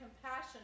compassion